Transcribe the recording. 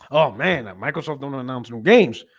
oh, man, i'm microsoft don't and announce new games.